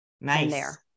Nice